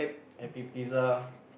happy pizza